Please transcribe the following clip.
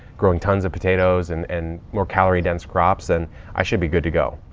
growing tons of potatoes and, and more calorie dense crops. and i should be good to go.